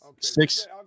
six